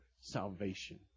salvation